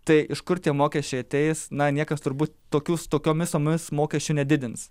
tai iš kur tie mokesčiai ateis na niekas turbūt tokius tokiomis sumomis mokesčių nedidins